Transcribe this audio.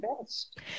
best